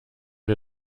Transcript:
wir